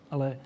Ale